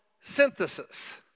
synthesis